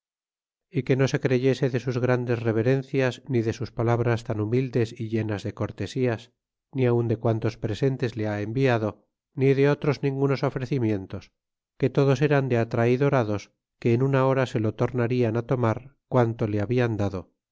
y que no se creyese de sus grandes reverencias iii de sus palabras tan humildes y llenas de cortesías ni aun de quantos presentes le ha enviado ni de otros ningunos ofrecimientos que todos eran de atraidorados que en una hora se lo tornarían á tomar quanto le hablan dado